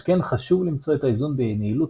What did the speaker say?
על כן חשוב למצוא את האיזון בין יעילות